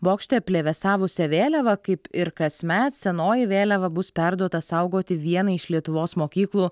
bokšte plevėsavusią vėliavą kaip ir kasmet senoji vėliava bus perduota saugoti vienai iš lietuvos mokyklų